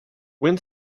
when